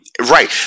right